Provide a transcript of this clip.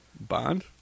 Bond